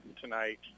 tonight